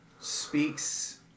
speaks